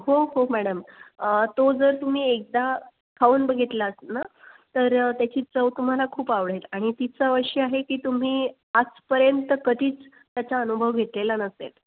हो हो मॅडम तो जर तुम्ही एकदा खाऊन बघितलात ना तर त्याची चव तुम्हाला खूप आवडेल आणि ती चव अशी आहे कि तुम्ही आजपर्यंत कधीच त्याचा अनुभव घेतलेला नसेल